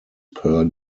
per